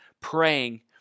praying